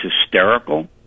hysterical